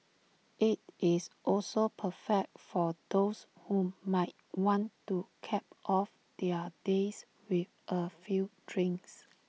IT is also perfect for those who might want to cap off their days with A few drinks